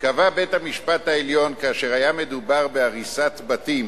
קבע בית-המשפט העליון, כאשר היה מדובר בהריסת בתים